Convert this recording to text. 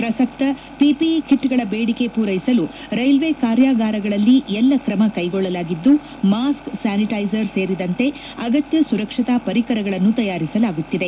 ಪ್ರಸಕ್ತ ಪಿಪಿಇ ಕಿಟ್ಗಳ ಬೇಡಿಕೆ ಪೂರೈಸಲು ರೈಲ್ವೆ ಕಾರ್ಯಾಗಾರಗಳಲ್ಲಿ ಎಲ್ಲ ಕ್ರಮ ಕೈಗೊಳ್ಳಲಾಗಿದ್ದು ಮಾಸ್ಕ್ ಸ್ಯಾನಿಟೈಸರ್ ಸೇರಿದಂತೆ ಅಗತ್ಯ ಸುರಕ್ಷತಾ ಪರಿಕರಗಳನ್ನು ತಯಾರಿಸಲಾಗುತ್ತಿದೆ